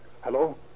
Hello